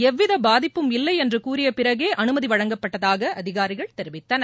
எவ்வித பாதிப்பும் இல்லை என்று கூறிய பிறகே அனுமதி வழங்கப்பட்டதாக அதிகாரிகள் தெரிவித்தனர்